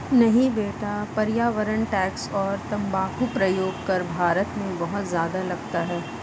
नहीं बेटा पर्यावरण टैक्स और तंबाकू प्रयोग कर भारत में बहुत ज्यादा लगता है